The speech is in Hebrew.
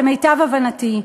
למיטב הבנתי,